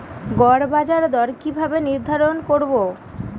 গড় বাজার দর কিভাবে নির্ধারণ করব?